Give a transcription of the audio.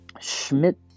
Schmidt